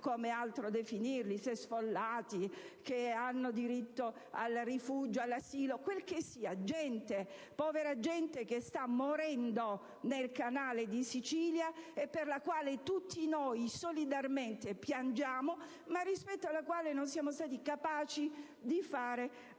come altro definirli, se sfollati, persone che hanno diritto al rifugio o all'asilo, quel che sia. Diciamo: gente, povera gente, che sta morendo nel Canale di Sicilia, e per la quale tutti noi, solidalmente, piangiamo, ma rispetto alla quale non siamo stati capaci di fare assolutamente